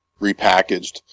repackaged